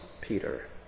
Peter